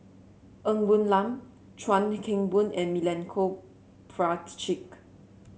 Ng Woon Lam Chuan Keng Boon and Milenko Prvacki